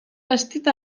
bastit